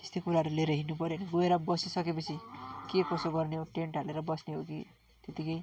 त्यस्तै कुराहरू लिएर हिँड्नु पर्यो अनि गएर बसिसकेपछि के कसो गर्ने हो टेन्ट हालेर बस्ने हो कि त्यत्तिकै